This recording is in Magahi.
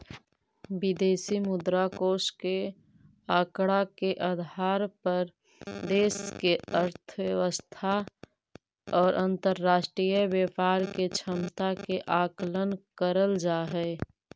विदेशी मुद्रा कोष के आंकड़ा के आधार पर देश के अर्थव्यवस्था और अंतरराष्ट्रीय व्यापार के क्षमता के आकलन करल जा हई